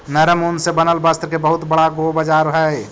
नरम ऊन से बनल वस्त्र के बहुत बड़ा गो बाजार हई